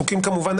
כמובן,